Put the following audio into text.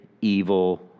evil